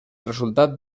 resultat